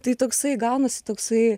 tai toksai gaunasi toksai